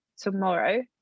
tomorrow